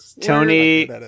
Tony